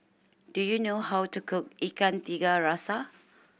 do you know how to cook Ikan Tiga Rasa